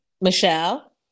Michelle